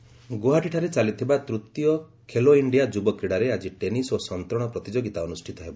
Khelo India ଗୌହାଟୀଠାରେ ଚାଲିଥିବା ତୂତୀୟ ଖେଲୋ ଇଞ୍ଜିଆ ଯୁବ କ୍ରିଡ଼ାରେ ଆକି ଟେନିସ୍ ଓ ସନ୍ତରଣ ପ୍ରତିଯୋଗିତା ଅନୁଷ୍ଠିତ ହେବ